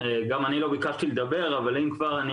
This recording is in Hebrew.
גם אני לא ביקשתי לדבר אבל אם אני כאן,